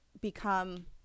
become